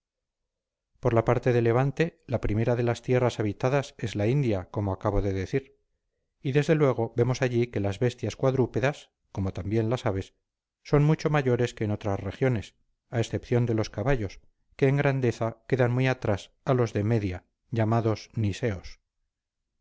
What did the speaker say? por la parte de levante la primera de las tierras habitadas es la india como acabo de decir y desde luego vemos allí que las bestias cuadrúpedas como también las aves son mucho mayores que en otras regiones a excepción de los caballos que en grandeza quedan muy atrás a los de media llamados niseos